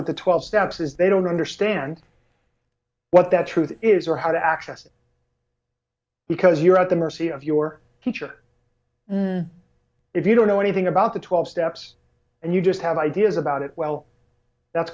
with the twelve steps is they don't understand what that truth is or how to access it because you're at the mercy of your teacher if you don't know anything about the twelve steps and you just have ideas about it well that's